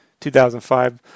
2005